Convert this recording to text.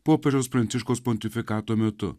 popiežiaus pranciškaus pontifikato metu